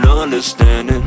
understanding